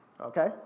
Okay